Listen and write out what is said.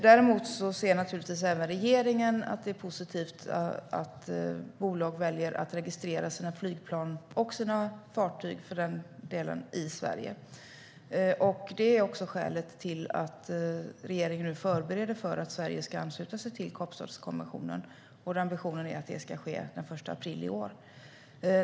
Däremot ser naturligtvis även regeringen att det är positivt att bolag väljer att registrera sina flygplan, och sina fartyg för den delen, i Sverige. Det är också skälet till att regeringen nu förbereder för att Sverige ska ansluta sig till Kapstadskonventionen. Ambitionen är att det ska ske den 1 april i år.